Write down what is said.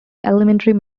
elementary